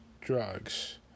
drugs